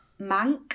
mank